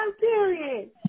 period